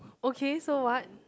okay so what